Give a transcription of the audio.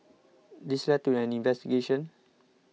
this led to an investigation